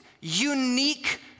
unique